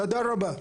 תודה רבה.